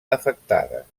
afectades